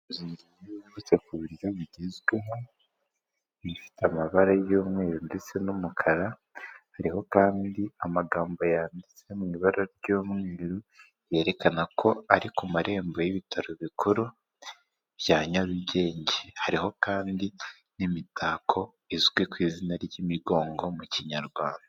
Inzu nziza yubatse ku buryo bugezweho, ifite amabara y'umweru ndetse n'umukara, iriho kandi amagambo yanditse mu ibara ry'umweru yerekana ko ari ku marembo y'ibitaro bikuru bya Nyarugenge, hariho kandi n'imitako izwi ku izina ry'imigongo mu kinyarwanda.